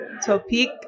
Topic